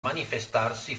manifestarsi